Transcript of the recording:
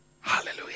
Hallelujah